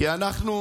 כי אנחנו,